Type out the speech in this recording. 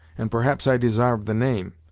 and perhaps i desarve the name,